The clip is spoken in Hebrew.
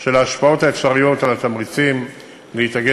של ההשפעות האפשריות על התמריצים להתאגד